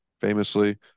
Famously